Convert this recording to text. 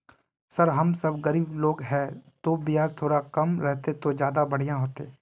sir हम सब गरीब लोग है तो बियाज थोड़ा कम रहते तो ज्यदा बढ़िया होते